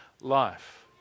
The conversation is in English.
life